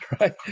right